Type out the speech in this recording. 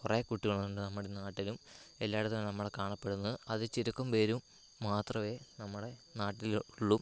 കുറെ കുട്ടികളുണ്ട് നമ്മുടെ നാട്ടിലും എല്ലായിടത്തും നമ്മൾ കാണപ്പെടുന്നു അതിൽ ചുരുക്കം പേർ മാത്രമെ നമ്മളെ നാട്ടിലുള്ളൂ